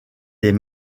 des